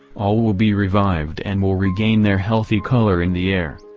all will be revived and will regain their healthy color in the air.